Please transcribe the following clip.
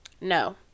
no